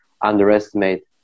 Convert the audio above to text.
underestimate